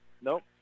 Nope